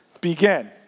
begin